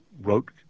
wrote